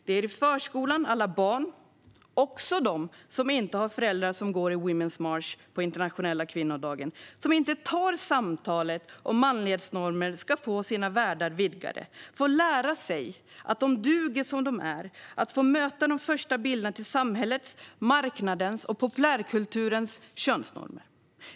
Det är i förskolan alla barn, också de som inte har föräldrar som går i Women's March på internationella kvinnodagen och som inte tar samtalet om manlighetsnormer, ska få sina världar vidgade, få lära sig att de duger som de är och få möta de första bilderna till samhällets, marknadens och populärkulturens könsnormer.